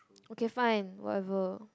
okay fine whatever